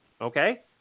okay